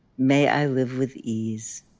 may i live with ease.